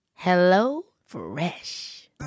HelloFresh